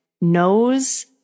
knows